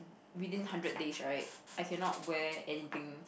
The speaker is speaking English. within hundred days right I cannot wear anything